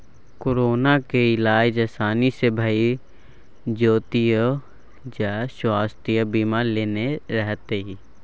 कोरोनाक इलाज आसानी सँ भए जेतियौ जँ स्वास्थय बीमा लेने रहतीह